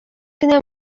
генә